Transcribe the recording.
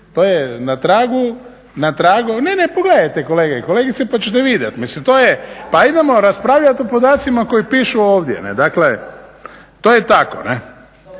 to je na tragu. Ne, ne pogledajte kolegice i kolege pa ćete vidjeti. Pa idemo raspravljati o podacima koje pišu ovdje. Dakle to je tako.